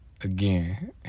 again